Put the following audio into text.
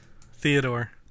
Theodore